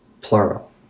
Plural